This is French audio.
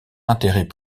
intérêt